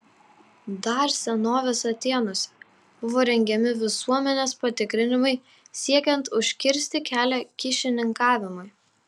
dar senovės atėnuose buvo rengiami visuomenės patikrinimai siekiant užkirsti kelią kyšininkavimui